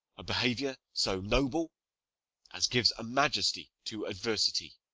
a behaviour so noble as gives a majesty to adversity